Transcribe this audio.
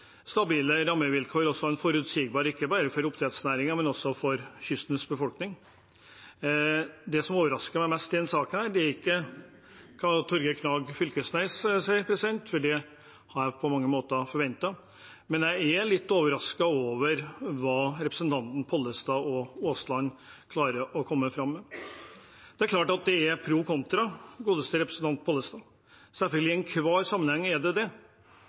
stabile rammevilkår og forutsigbarhet, ikke bare for oppdrettsnæringen, men også for kystens befolkning. Det som overrasker meg mest i denne saken, er ikke hva Torgeir Knag Fylkesnes sier, for det hadde jeg på mange måter forventet. Men jeg er litt overrasket over hva representantene Pollestad og Aasland klarer å komme fram med. Det er klart at det er pro et contra – dette er til den godeste representanten Pollestad – i enhver sammenheng er det selvfølgelig det.